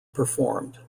performed